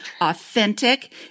authentic